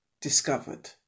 discovered